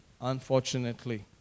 unfortunately